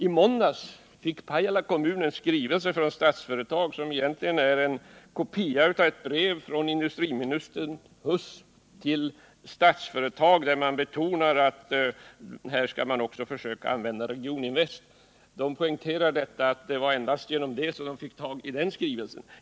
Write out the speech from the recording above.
I måndags fick Pajala kommun en skrivelse från Statsföretag, som egentligen är en kopia av ett brev från industriminister Huss till Statsföretag, där han betonar att man också skall försöka använda Regioninvest. Kommunen poängterar att det var på det sättet man fick tag i den skrivelsen.